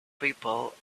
people